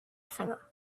singer